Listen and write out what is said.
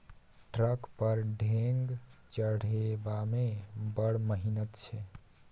truck पर ढेंग चढ़ेबामे बड़ मिहनत छै